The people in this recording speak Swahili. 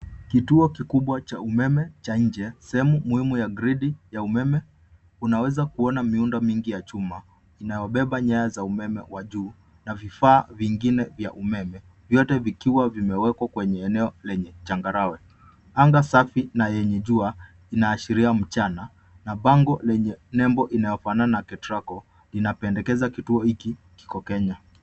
Kituo kikubwa cha umeme cha nje, sehemu muhimu ya gridi ya umeme, unaweza kuona miundo mingi ya chuma inayobeba waya za umeme kwa juu na vifaa vingine vya umeme vyote vikiwa vimewekwa kwenye eneo lenye changarawe. Anga safi na yenye jua inaashiria mchana na bango lenye nembo inayofanana KETRAKO inapendekeza kituo hiki kiko Kenya.